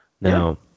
Now